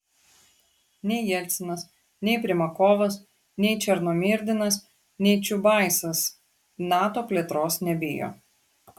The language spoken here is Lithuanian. nei jelcinas nei primakovas nei černomyrdinas nei čiubaisas nato plėtros nebijo